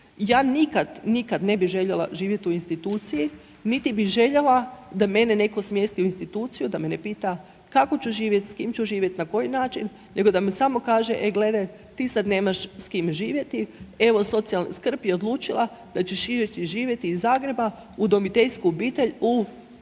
Ja nikad, nikad ne bih željela živjeti u instituciji niti bih željela da mene netko smjesti u instituciju, da me ne pita kako ću živjeti, s kime ću živjeti, na koji način, nego da mi samo kaže e gledaj ti sad nemaš s kime živjeti, evo socijalna skrb je odlučila da ćeš živjeti, živjeti iz Zagreba u udomiteljsku obitelj u ne